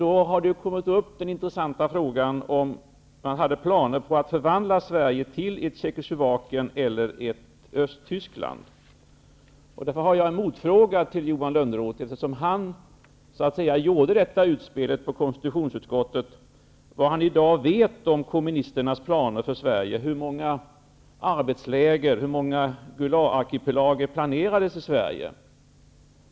Den intressanta frågan har då kommit upp om man hade planer på att förvandla Sverige till ett Tjeckoslovakien eller ett Östtyskland. Jag har en motfråga till Johan Lönnroth, eftersom det var han som så att säga gjorde detta utspel i konstitutionsutskottet: Vad vet Johan Lönnroth i dag om kommunisternas planer för Sverige? Jag undrar alltså: Hur många arbetsläger, hur många Gulagarkipelager, planerades i Sverige?